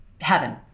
heaven